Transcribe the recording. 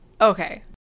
Okay